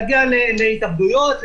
להביא אותם להתאבדויות?